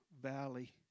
valley